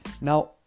Now